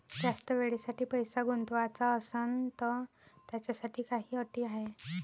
जास्त वेळेसाठी पैसा गुंतवाचा असनं त त्याच्यासाठी काही अटी हाय?